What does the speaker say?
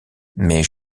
mais